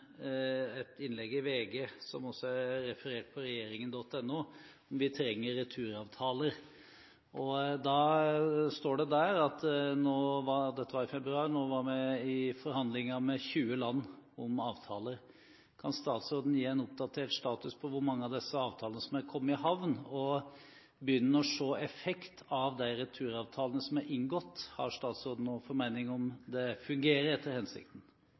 et innlegg i VG som også er referert på regjeringen.no: «Vi trenger returavtaler». Der står det – og dette var i februar – at vi er i forhandlinger med 20 land om avtaler. Kan statsråden gi en oppdatert status for hvor mange av disse avtalene som har kommet i havn? Og begynner en å se noen effekt av de returavtalene som er inngått? Har statsråden noen formening om hvorvidt det fungerer etter hensikten?